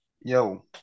yo